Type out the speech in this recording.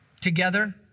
together